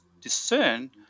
discern